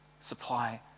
supply